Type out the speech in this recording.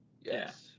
Yes